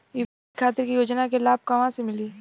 UP खातिर के योजना के लाभ कहवा से मिली?